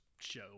show